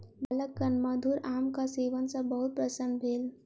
बालकगण मधुर आमक सेवन सॅ बहुत प्रसन्न भेल